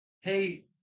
hey